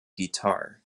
guitar